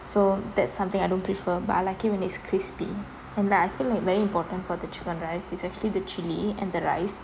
so that's something I don't prefer but I like it when its crispy and like I feel like very important for the chicken rice is actually the chilli and the rice